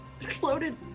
exploded